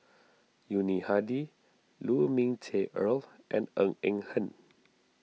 Yuni Hadi Lu Ming Teh Earl and Ng Eng Hen